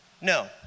no